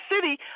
City